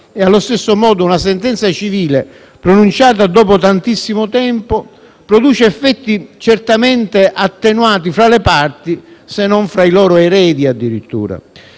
Allo stesso modo, una sentenza civile pronunciata dopo tantissimo tempo produce effetti certamente attenuati fra le parti, se non fra i loro eredi addirittura.